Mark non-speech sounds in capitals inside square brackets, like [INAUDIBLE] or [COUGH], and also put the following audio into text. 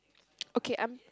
[NOISE] okay I'm